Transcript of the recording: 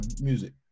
music